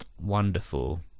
Wonderful